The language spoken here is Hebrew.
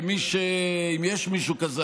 אם יש מישהו כזה,